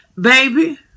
baby